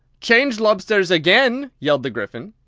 change lobsters again! yelled the gryphon.